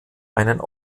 einen